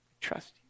trust